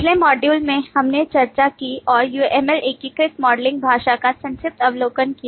पिछले मॉड्यूल में हमने चर्चा की और uml एकीकृत मॉडलिंग भाषा का संक्षिप्त अवलोकन किया